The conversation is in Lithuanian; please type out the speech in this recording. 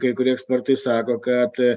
kai kurie ekspertai sako kad